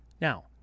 Now